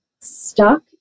stuck